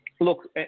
Look